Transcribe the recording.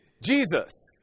Jesus